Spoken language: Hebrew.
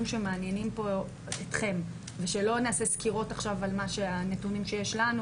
שמעניינים פה אתכם ושלא נעשה סקירות עכשיו על מה שהנתונים שיש לנו,